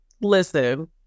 listen